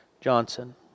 Johnson